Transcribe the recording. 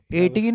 18